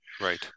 Right